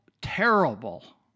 terrible